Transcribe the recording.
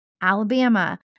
Alabama